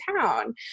town